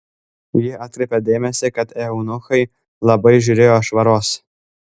ji atkreipė dėmesį kad eunuchai labai žiūrėjo švaros